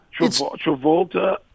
Travolta